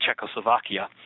Czechoslovakia